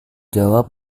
jawab